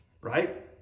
Right